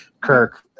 Kirk